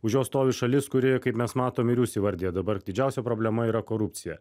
už jo stovi šalis kuri kaip mes matom ir jūs įvardijot dabar didžiausia problema yra korupcija